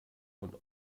und